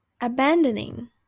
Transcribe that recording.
abandoning